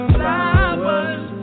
flowers